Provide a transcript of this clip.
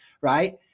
right